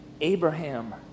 Abraham